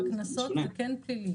בקנסות זה כן פלילי.